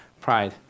Pride